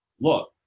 look